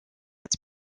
its